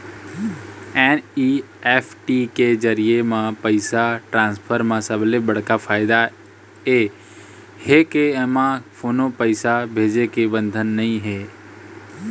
NEFT के जरिए म पइसा ट्रांसफर म सबले बड़का फायदा ए हे के एमा कोनो पइसा भेजे के बंधन नइ हे